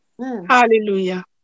hallelujah